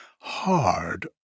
hard